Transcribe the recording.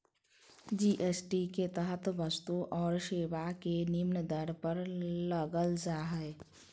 GST के तहत वस्तु और सेवा के निम्न दर पर लगल जा हइ